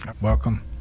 welcome